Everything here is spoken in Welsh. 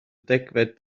degfed